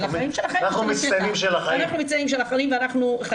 אנחנו מצטיינים של החיים.